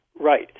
Right